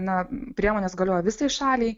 na priemonės galioja visai šaliai